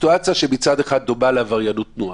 סיטואציה שמצד אחד דומה לעבריינות תנועה,